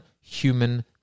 human